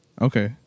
Okay